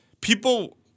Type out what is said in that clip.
People